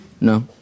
No